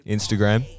Instagram